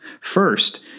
First